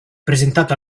presentato